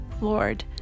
Lord